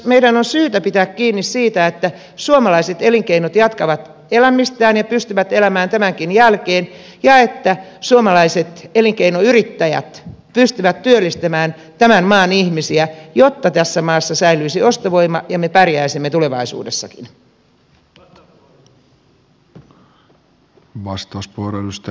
meidän on syytä pitää kiinni siitä että suomalaiset elinkeinot jatkavat elämistään ja pystyvät elämään tämänkin jälkeen ja että suomalaiset elinkeinoyrittäjät pystyvät työllistämään tämän maan ihmisiä jotta tässä maassa säilyisi ostovoima ja me pärjäisimme tulevaisuudessakin